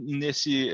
nesse